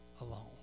alone